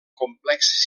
complex